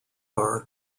are